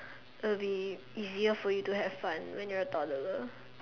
will be easier for you to have fun when you are a toddler